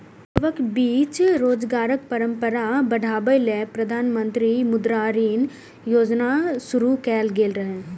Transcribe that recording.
युवाक बीच स्वरोजगारक परंपरा बढ़ाबै लेल प्रधानमंत्री मुद्रा ऋण योजना शुरू कैल गेल रहै